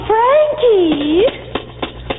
Frankie